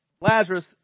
Lazarus